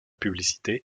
publicité